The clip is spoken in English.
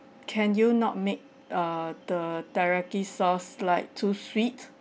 can you not make err the teriyaki sauce like too sweet